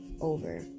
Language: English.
over